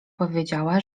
powiedziała